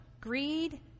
greed